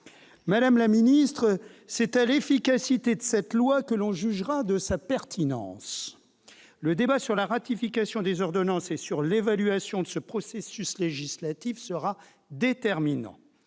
Madame la ministre, c'est à l'efficacité de cette loi que l'on jugera de sa pertinence. Le débat sur la ratification des ordonnances et sur l'évaluation de ce processus législatif sera déterminant.